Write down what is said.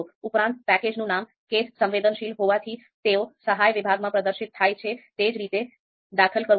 ઉપરાંત પેકેજનું નામ કેસ સંવેદનશીલ હોવાથી તેઓ સહાય વિભાગમાં પ્રદર્શિત થાય છે તે જ રીતે દાખલ કરવું પડશે